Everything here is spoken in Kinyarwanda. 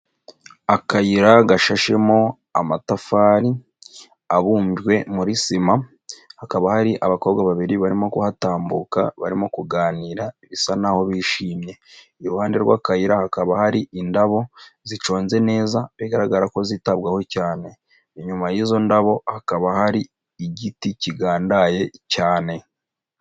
Akayira gashashemo amatafari, abumbwe muri sima, hakaba hari abakobwa babiri barimo kuhatambuka, barimo kuganira bisa naho bishimye, iruhande rw'akayira hakaba hari indabo zicunze neza, bigaragara ko zitabwaho cyane, inyuma y'izo ndabo hakaba hari igiti kigandaye cyane.